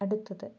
അടുത്തത്